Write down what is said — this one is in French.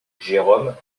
jérôme